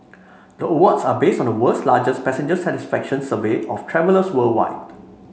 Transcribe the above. the awards are based on the world's largest passenger satisfaction survey of travellers worldwide